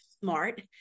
smart